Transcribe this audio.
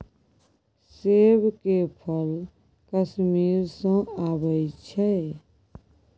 सेब के फल कश्मीर सँ अबई छै